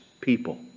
people